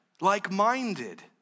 Like-minded